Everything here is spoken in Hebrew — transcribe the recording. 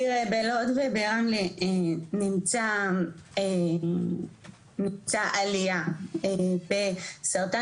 תראה בלוד וברמלה נמצאה עלייה בסרטן,